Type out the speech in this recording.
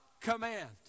command